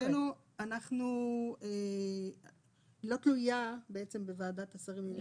והיא לא תלויה בוועדת השרים לענייני חקיקה,